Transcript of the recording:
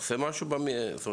אני רוצה לתת לה לסיים.